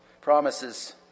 promises